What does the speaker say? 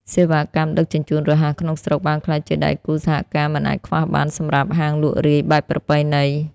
សេវាកម្មដឹកជញ្ជូនរហ័សក្នុងស្រុក បានក្លាយជាដៃគូសហការមិនអាចខ្វះបានសម្រាប់ហាងលក់រាយបែបប្រពៃណី។